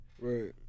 Right